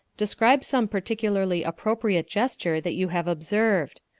describe some particularly appropriate gesture that you have observed.